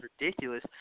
ridiculous